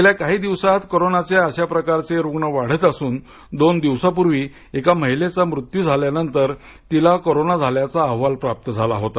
गेल्या काही दिवसात कोरोनाचे अशा प्रकारचे रुग्ण वाढत असून दोन दिवसांपूर्वी एका महिलेचा मृत्यू झाल्यानंतर तिला कोरोना झाल्याचा अहवाल प्राप्त झाला होता